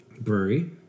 brewery